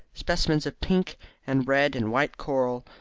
specimens of pink and red and white coral,